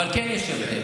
אבל כן יש הבדל.